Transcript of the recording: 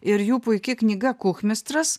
ir jų puiki knyga kuchmistras